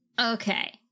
okay